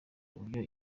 uburyo